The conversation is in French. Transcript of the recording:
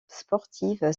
sportive